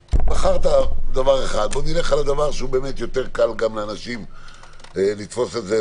בחרת דבר אחד נלך על הדבר שיותר קל לאנשים לתפוס את זה